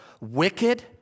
Wicked